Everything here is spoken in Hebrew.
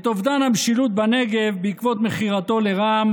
את אובדן המשילות בנגב בעקבות מכירתו לרע"ם